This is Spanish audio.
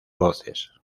voces